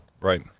Right